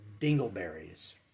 dingleberries